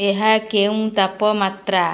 ଏହା କେଉଁ ତାପମାତ୍ରା